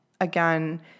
again